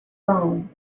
bone